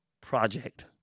project